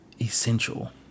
essential